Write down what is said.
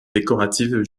décorative